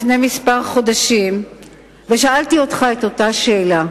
לפני כמה חודשים ושאלתי אותך את אותה שאלה.